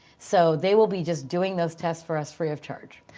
so they will be just doing those tests for us free of charge.